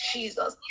Jesus